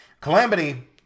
Calamity